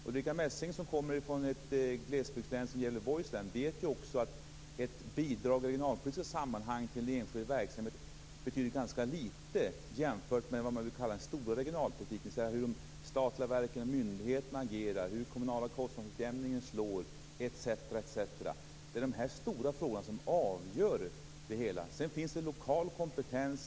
Ulrica Messing som kommer från ett glesbygdslän som Gävleborgs län vet ju också att ett bidrag i regionalpolitiskt sammanhang till en enskild verksamhet betyder ganska lite jämfört med den stora regionalpolitiken, dvs. hur de statliga verken och myndigheterna agerar, hur den kommunala kostnadsutjämningen slår etc. Det är dessa stora frågor som avgör det hela. Det finns lokal kompetens.